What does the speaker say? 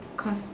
cause